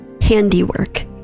handiwork